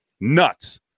nuts